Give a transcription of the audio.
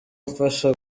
umfasha